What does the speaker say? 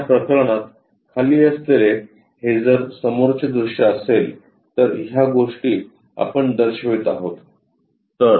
या प्रकरणात खाली असलेले हे जर समोरचे दृश्य असेल तर ह्या गोष्टी आपण दर्शवित आहोत